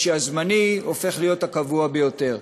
שהזמני הופך להיות הקבוע ביותר.